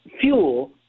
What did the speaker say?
fuel